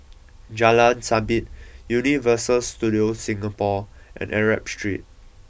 Jalan Sabit Universal Studios Singapore and Arab Street